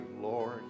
Lord